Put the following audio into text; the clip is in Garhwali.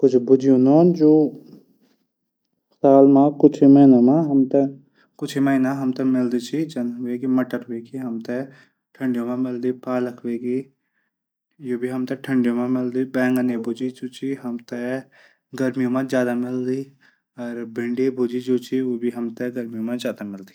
कुछ भुजी इन हूदू साल मा कुछ ही महिना हमथै मिलदी। जनकी मटर वेगे। ठंडियों मा मिलदू पालक बैंगन भुजी। यू हमथै गर्मियों मा ज्यादा मिलदी। भिंडी भुजी हमथै। हमथै गरमियों मा ज्यादा मिलदी।